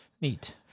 Neat